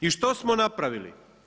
I što smo napravili?